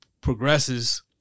progresses